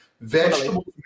vegetables